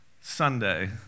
Sunday